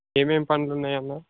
ఏమేమి పళ్ళు ఉన్నాయమ్మ